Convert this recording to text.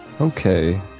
Okay